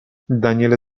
daniele